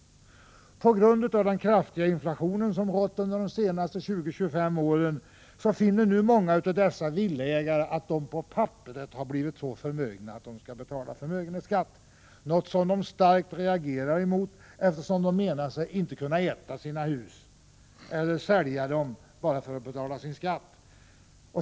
På grund av den kraftiga inflation som har rått under de senaste 20-25 åren finner nu många av dessa villaägare att de på papperet har blivit så förmögna att de skall betala förmögenhetsskatt, något som de starkt reagerar emot, eftersom de menar sig inte ”kunna äta sina hus” eller sälja dem bara för att betala sin skatt.